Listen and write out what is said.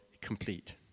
complete